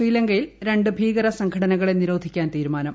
ശ്രീലങ്കയിൽ രണ്ട് ഭീകര സംഘട്ടന്റ്കളെ നിരോധിക്കാൻ തീരുമാനം